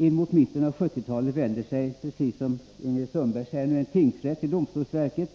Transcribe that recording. Inemot mitten av 1970-talet vänder sig, precis som Ingrid Sundberg sade, en tingsrätt till domstolsverket